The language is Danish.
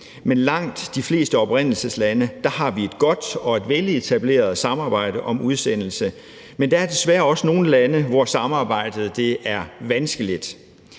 Med langt de fleste oprindelseslande har vi et godt og veletableret samarbejde om udsendelse, men der er desværre også nogle lande, hvor samarbejdet er vanskeligt.